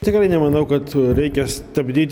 tikrai nemanau kad reikia stabdyti